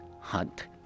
Hunt